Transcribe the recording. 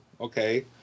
okay